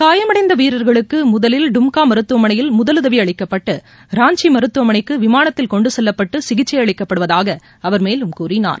காயமடைந்த வீரர்களுக்கு முதலில் டும்கா மருத்துவமனையில் முதலுதவி அளிக்கப்பட்டு ராஞ்சி மருத்துவமனைக்கு விமானத்தில் கொண்டு செல்லப்பட்டு சிசிச்சை அளிக்கப்படுவதாக அவர் மேலும் கூறினார்